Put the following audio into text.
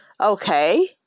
okay